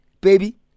baby